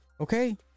Okay